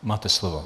Máte slovo.